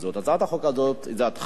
הצעת החוק הזו באמת